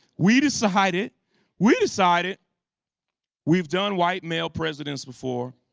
we decided we decided we've done white, male presidents before.